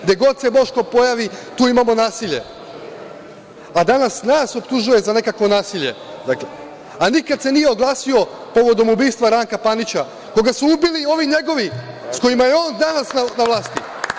Gde god se Boško pojavi, tu imamo nasilje, a danas nas optužuje za nekakvo nasilje, a nikad se nije oglasio povodom ubistva Ranka Panića koga su ubili ovi njegovi sa kojima je on danas na vlasti.